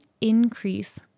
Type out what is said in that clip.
increase